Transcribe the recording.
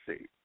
see